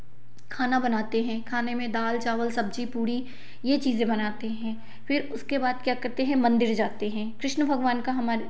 खाना बनाते हैं खाने में दाल चावल सब्ज़ी पूड़ी यह चीज़ बनाते हैं फिर उसके बाद क्या करते हैं मंदिर जाते हैं कृष्ण भगवान का हमारे